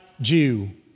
Jew